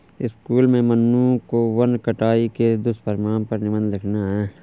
school में मन्नू को वन कटाई के दुष्परिणाम पर निबंध लिखना है